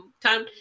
time